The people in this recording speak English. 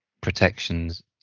protections